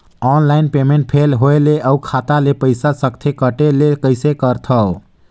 Online payment fail होय ले अउ खाता ले पईसा सकथे कटे ले कइसे करथव?